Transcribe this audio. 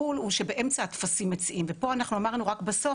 שבאמצע הטפסים מציעים ופה אנחנו אמרנו רק בסוף,